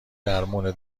درمون